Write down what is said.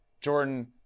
Jordan